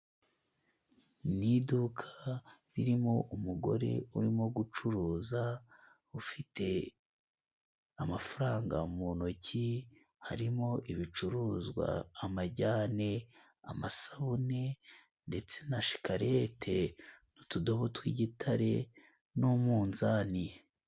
Ni iduka ririmo umugore urimo gucuruza, ufite amafaranga mu ntoki, harimo ibicuruzwa: amajyane, amasabune ndetse na shikarete n'utudobo tw'igitare n'umuzani.